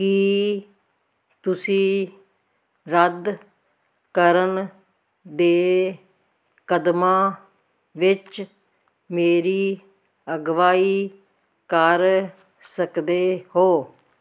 ਕੀ ਤੁਸੀਂ ਰੱਦ ਕਰਨ ਦੇ ਕਦਮਾਂ ਵਿੱਚ ਮੇਰੀ ਅਗਵਾਈ ਕਰ ਸਕਦੇ ਹੋ